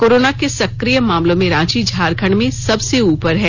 corona के सक्रिय मामलों में रांची झारखंड में सबसे ऊपर है